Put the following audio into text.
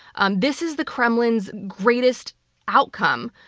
um this is the kremlin's greatest outcome,